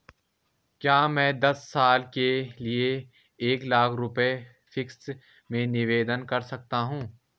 क्या मैं दस साल के लिए एक लाख रुपये फिक्स में निवेश कर सकती हूँ?